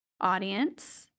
audience